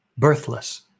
birthless